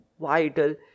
vital